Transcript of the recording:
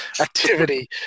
activity